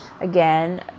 again